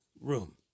room